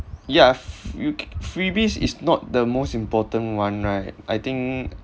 yeah f~ free~ freebies is not the most important one right I think